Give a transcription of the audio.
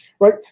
right